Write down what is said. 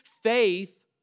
faith